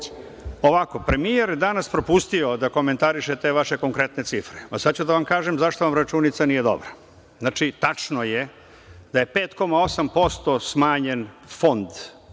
Premijer je danas propustio da komentariše te vaše konkretne cifre. Sada ću da vam kažem zašto vam računica nije dobra. Znači, tačno je da je 5,8% smanjen